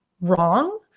wrong